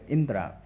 Indra